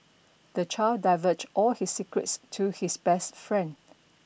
the child divulged all his secrets to his best friend